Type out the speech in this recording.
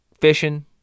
fishing